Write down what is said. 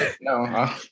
No